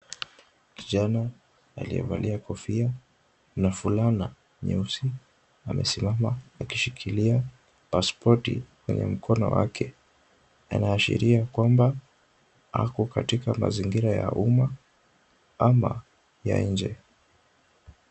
Kijana aliyevalia kofia na fulana nyeusi, amesimama akishikilia pasipoti kwenye mkono wake. Anaashiria kwamba ako katika mazingira ya umma ama ya nje.